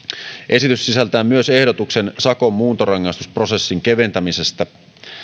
esitys sisältää myös ehdotuksen sakon muuntorangaistusprosessin keventämisestä